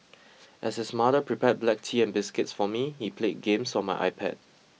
as his mother prepared black tea and biscuits for me he played games on my iPad